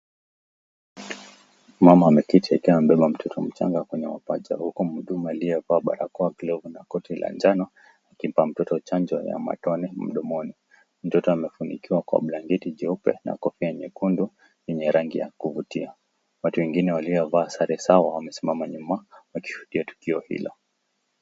Mama ameketi akiwa amebeba mtoto mchanga kwenye mapacha huku mhudumu aliyekuwa amevaa barakoa na koti la jano akimpa mtoto chanjo ya matone mdomoni, mtoto amefunikiwa kwa blanketi cheupe na kofia nyekundu zenye rangi ya kuvutia ,watu wengine waliovaa sare sawa wamesimama nyuma akifikia tukio hilo.